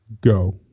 go